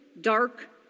dark